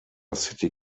city